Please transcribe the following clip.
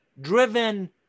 driven